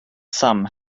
some